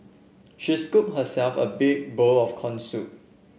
she scooped herself a big bowl of corn soup